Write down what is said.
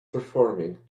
performing